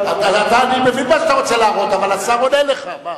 אני מבין מה שאתה רוצה להראות, אבל השר עונה לך.